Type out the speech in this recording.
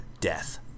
death